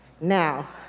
Now